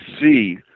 see